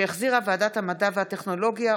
שהחזירה ועדת המדע והטכנולוגיה,